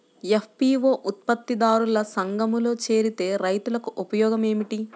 FPO ఉత్పత్తి దారుల సంఘములో చేరితే రైతులకు ఉపయోగము ఏమిటి?